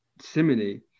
simony